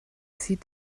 sieht